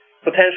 potential